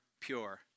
pure